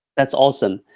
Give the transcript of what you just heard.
that's awesome,